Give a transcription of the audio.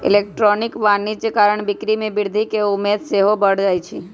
electronic वाणिज्य कारण बिक्री में वृद्धि केँ उम्मेद सेहो बढ़ जाइ छइ